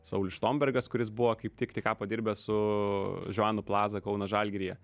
saulius štombergas kuris buvo kaip tik ką po dirbęs su žanu plaza kauno žalgiryje